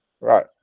right